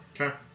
Okay